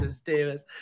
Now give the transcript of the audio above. Davis